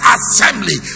Assembly